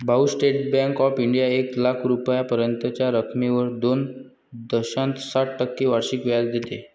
भाऊ, State Bank of India एक लाख रुपयांपर्यंतच्या रकमेवर दोन दशांश सात टक्के वार्षिक व्याज देते